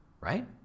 right